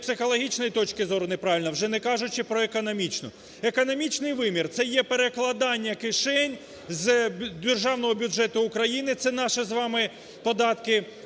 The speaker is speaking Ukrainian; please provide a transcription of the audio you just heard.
і психологічної точки зору неправильно, вже не кажучи про економічну. Економічний вимір – це є перекладання кишень з державного бюджету України, це наші з вами податки,